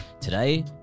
Today